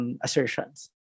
assertions